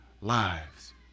lives